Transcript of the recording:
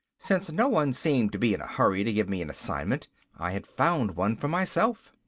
since no one seemed to be in a hurry to give me an assignment i had found one for myself.